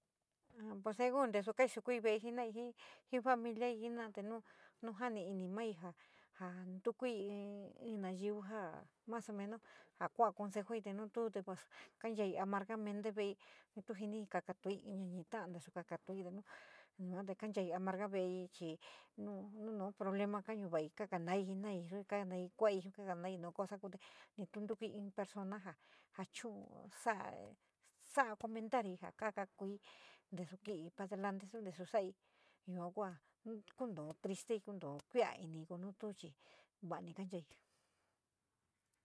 Pues según ntasa kasoukui ve´e jenou familia jena´a te nou jani inii mai ja ja ntouki in naiyú ja mas o meno nou sou kou consejou te nou tu pos kanchai amargamente uei tou siniii kakatoii in naní talo intasa kakato nou, yua te kan chai amorgai uei, chi nou noun probleme kamu vai, kaa nai jenai ii kuei, xii kakai nai nouu cosa, xii te, ni tou intouki in personea ar chuun in soua, soua comentaou kou kakai intasa kivi aleitu intasa sai yua kou nkountou triste, kuntoou kuia iniíi nou tou chi va´a ni kanchai.